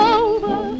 over